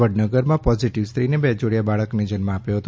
વડનગરમાં positive સ્ત્રીને બે જોડીયા બાળકોને જન્મ આપ્યો હતો